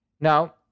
Now